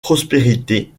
prospérité